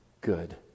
good